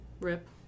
Rip